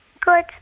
Good